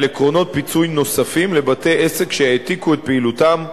על עקרונות פיצוי נוספים לבתי-עסק שהעתיקו את פעילותם,